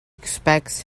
expects